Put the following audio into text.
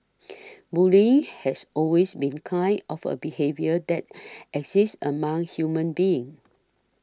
bullying has always been kind of a behaviour that exists among human beings